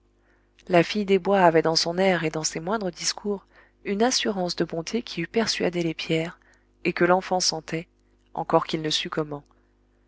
la fille des bois avait dans son air et dans ses moindres discours une assurance de bonté qui eût persuadé les pierres et que l'enfant sentait encore qu'il ne sût comment